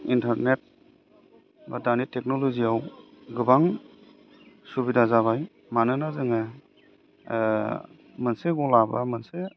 internet बा दानि टेकनलजियाव गोबां सुबिदा जाबाय मानोना जोङो मोनसे गला बा मोनसे